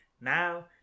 Now